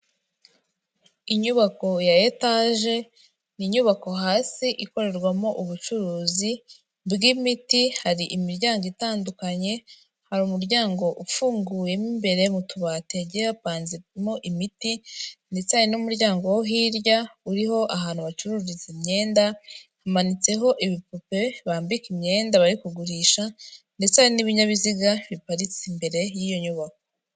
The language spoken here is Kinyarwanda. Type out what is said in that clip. Inyubako ya etaje, ni inyubako hasi ikorerwamo ubucuruzi bw'imiti, hari imiryango itandukanye, hari umuryango ufunguyemo imbere mu tubati hagiye hapanzemo imiti, ndetse hari n'umuryango wo hirya uriho ahantu bacururiza imyenda, hamanitseho ibipupe bambika imyenda bari kugurisha, ndetse hari n'ibinyabiziga biparitse imbere y'iyo nyubako.